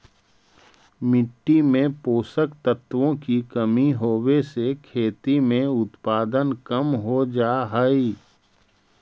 मिट्टी में पोषक तत्वों की कमी होवे से खेती में उत्पादन कम हो जा हई